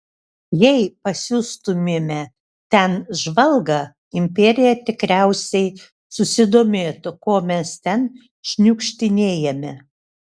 jei pasiųstumėme ten žvalgą imperija tikriausiai susidomėtų ko mes ten šniukštinėjame